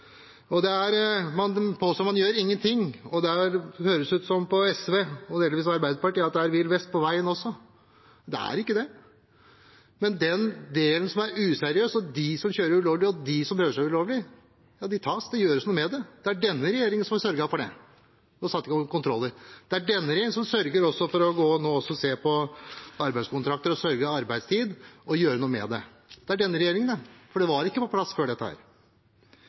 har sett det. Man påstår man gjør ingenting, og det høres ut på SV – og delvis Arbeiderpartiet – som om det også er villvest på veien. Det er det ikke. Den delen som er useriøs, og de som kjører ulovlig, og de som prøver å kjøre ulovlig, tas – det gjøres noe med det. Det er denne regjeringen som har sørget for å sette i gang kontroller. Det er denne regjeringen som også sørger for å se på arbeidskontrakter og arbeidstid – og gjøre noe med det. Det er denne regjeringen, det, for dette var ikke på plass før.